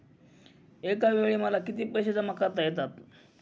एकावेळी मला किती पैसे जमा करता येतात?